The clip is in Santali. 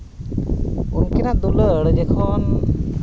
ᱩᱱᱠᱩᱱᱟᱜ ᱫᱩᱞᱟᱹᱲ ᱡᱚᱠᱷᱚᱱ